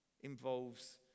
involves